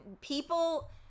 people